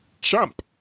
chump